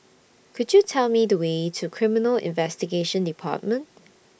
Could YOU Tell Me The Way to Criminal Investigation department